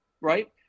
right